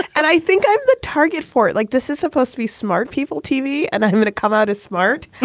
and i think i'm the target for it like this is supposed to be smart people, tv and humor to come out as smart.